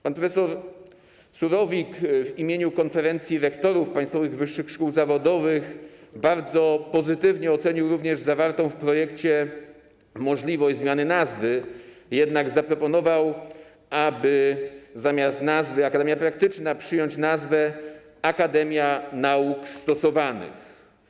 Pan prof. Surowik w imieniu Konferencji Rektorów Państwowych Wyższych Szkół Zawodowych bardzo pozytywnie ocenił zawartą w projekcie możliwość zmiany nazwy, jednak zaproponował, aby zamiast nazwy „akademia praktyczna” przyjąć nazwę „akademia nauk stosowanych”